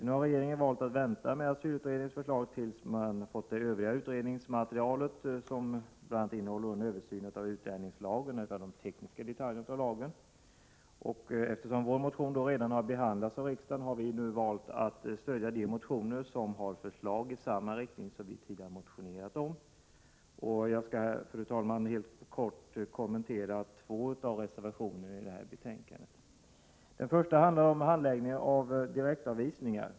Nu har regeringen valt att vänta med asylutredningens förslag tills man fått det övriga utredningsmaterialet, som bl.a. innehåller en översyn av de tekniska detaljerna i utlänningslagen. Eftersom vår motion redan har behandlats av riksdagen, har vi nu valt att stödja de motioner som har förslag i samma riktning som vi tidigare motionerat om. Jag skall, fru talman, helt kort kommentera två av reservationerna i det nu föreliggande betänkandet. Den första reservationen handlar om handläggningen av direktavvisningar.